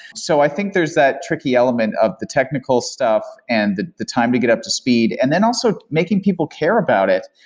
so i think there's that tricky element of the technical stuff and the the time to get up to speed, and then also making people care about it.